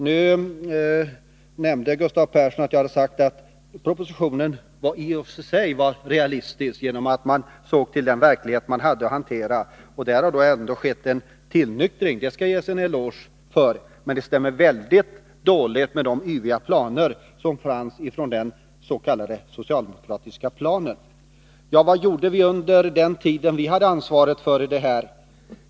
Gustav Persson nämnde att jag hade sagt att propositionen i och för sig var realistisk, eftersom regeringen såg till den verklighet som man hade att hantera. På denna punkt har det skett en tillnyktring, vilket regeringen skall ha en eloge för, men propositionen stämmer mycket dåligt med de yviga planer som fanns i den socialdemokratiska utvecklingsplanen. Vad gjorde vi under den tid då vi hade ansvaret?